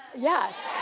yes.